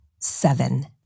seven